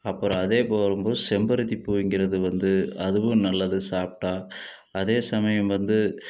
அப்புறம் அதே செம்பருத்திப்பூங்குறது வந்து அதுவும் நல்லது சாப்பிட்டா அதே சமயம் வந்து